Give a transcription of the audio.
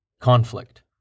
Conflict